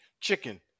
chicken